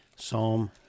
Psalm